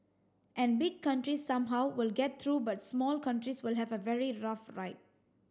and big countries somehow will get through but small countries will have a very rough ride